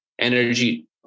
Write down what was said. energy